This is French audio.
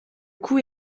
cou